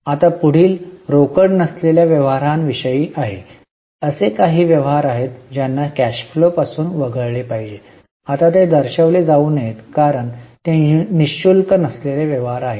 आता पुढील रोकड नसलेल्या व्यवहाराविषयी आहे असे काही व्यवहार आहेत ज्यांना कॅश फ्लोापासून वगळले पाहिजे आणि ते दर्शविले जाऊ नयेत कारण ते नि शुल्क नसलेले व्यवहार आहेत